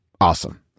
awesome